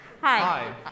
Hi